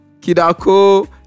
Kidako